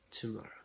tomorrow